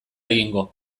egingo